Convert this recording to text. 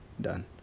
done